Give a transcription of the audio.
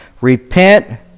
Repent